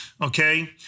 okay